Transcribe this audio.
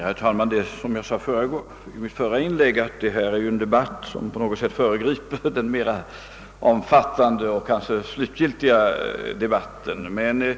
Herr talman! Som jag sade i mitt förra anförande är detta en diskussion som föregriper den mera omfattande och kanske slutgiltiga debatten i dessa frågor.